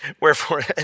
Wherefore